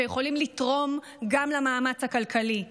שיכולים לתרום גם למאמץ הכלכלי.